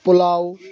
pulao